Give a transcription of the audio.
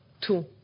two